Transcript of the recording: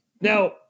Now